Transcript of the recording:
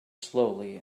slowly